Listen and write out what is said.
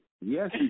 yes